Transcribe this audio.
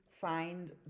find